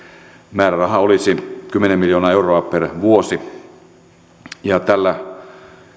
määräraha olisi kymmenen miljoonaa euroa per vuosi ja tällä